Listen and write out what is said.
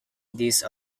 these